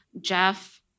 Jeff